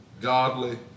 godly